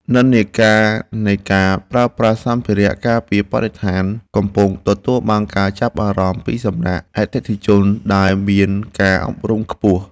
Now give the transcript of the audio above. និន្នាការនៃការប្រើប្រាស់សម្ភារៈការពារបរិស្ថានកំពុងទទួលបានការចាប់អារម្មណ៍ពីសំណាក់អតិថិជនដែលមានការអប់រំខ្ពស់។